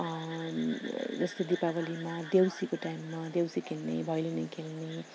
जस्तो दीपावलीमा देउसीको टाइममा देउसी खेल्ने भैलेनी खेल्ने